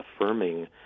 affirming